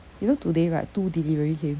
you know today right two delivery came